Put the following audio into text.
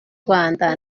rwanda